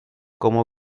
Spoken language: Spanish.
como